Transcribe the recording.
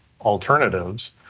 alternatives